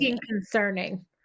concerning